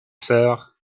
sœurs